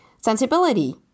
Sensibility